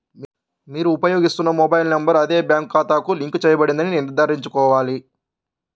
మీరు ఉపయోగిస్తున్న mobile number అదే బ్యాంక్ ఖాతాకు లింక్ చేయబడిందని నిర్ధారించుకోవాలి